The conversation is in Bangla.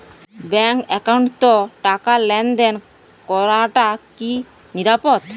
ব্যাংক একাউন্টত টাকা লেনদেন করাটা কি নিরাপদ?